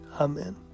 Amen